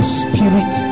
spirit